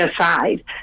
aside